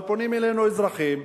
אבל פונים אלינו אזרחים,